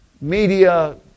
media